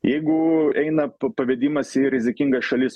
jeigu eina pa pavedimas į rizikingas šalis